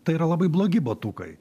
tai yra labai blogi batukai